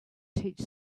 teach